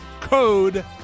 code